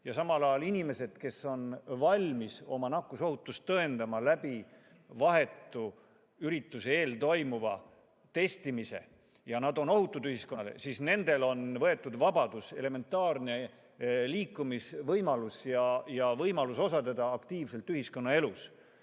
Samal ajal inimestelt, kes on valmis oma nakkusohutust tõendama vahetult ürituse eel toimuva testimise kaudu ja kes on ühiskonnale ohutud, on võetud vabadus, elementaarne liikumisvõimalus, võimalus osaleda aktiivselt ühiskonnaelus.